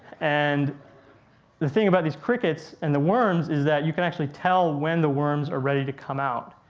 and the thing about these crickets and the worms is that you can actually tell when the worms are ready to come out.